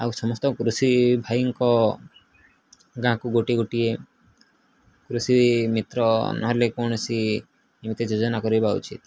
ଆଉ ସମସ୍ତ କୃଷି ଭାଇଙ୍କ ଗାଁକୁ ଗୋଟିଏ ଗୋଟିଏ କୃଷି ମିତ୍ର ନହେଲେ କୌଣସି କେମିତି ଯୋଜନା କରିବା ଉଚିତ